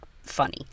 funny